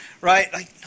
right